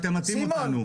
אתם מטעים אותנו.